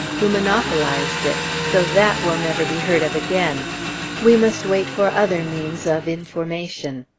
who monopolized it so that will never be heard of again we must wait for other means of information.